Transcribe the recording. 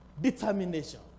Determination